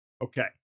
Okay